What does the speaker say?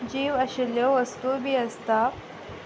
जीव आशिल्ल्यो वस्तूय बी आसता